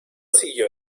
siguió